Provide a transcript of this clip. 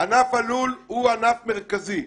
ענף הלול הוא ענף מרכזי.